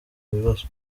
ibibazo